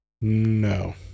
no